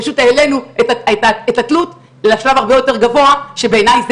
פשוט העלינו את התלות לשלב הרבה יותר גבוה שבעיניי זה